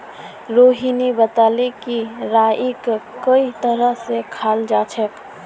रोहिणी बताले कि राईक कई तरह स खाल जाछेक